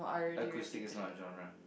acoustic is not a genre